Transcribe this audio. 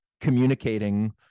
communicating